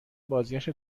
بازگشت